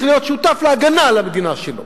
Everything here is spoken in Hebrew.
צריך להיות שותף להגנה על המדינה שלו.